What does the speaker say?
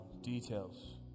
details